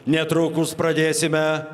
netrukus pradėsime